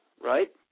right